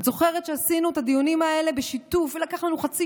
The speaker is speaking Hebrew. את זוכרת שעשינו את הדיונים האלה בשיתוף ולקח לנו חצי